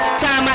time